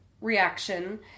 reaction